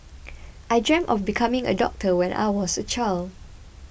I dreamt of becoming a doctor when I was a child